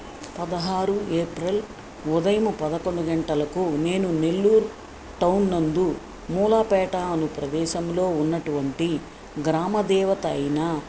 పదహారు ఏప్రిల్ ఉదయము పదకొండు గంటలకు నేను నెల్లూరు టౌన్ నందు మూలాపేట అను ప్రదేశంలో ఉన్నటువంటి గ్రామ దేవత అయిన